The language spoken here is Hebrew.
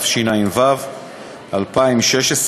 התשע"ו 2016,